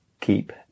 keep